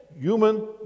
human